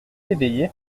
éveillé